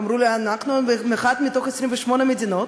אמרו לי: אנחנו אחת מתוך 28 מדינות